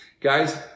Guys